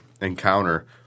encounter